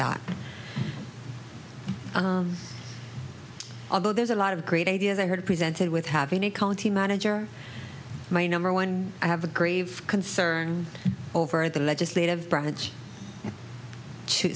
that although there's a lot of great ideas i heard presented with having a county manager my number one i have a grave concern over the legislative branch to